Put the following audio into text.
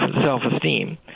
self-esteem